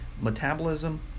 Metabolism